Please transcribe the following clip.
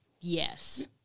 Yes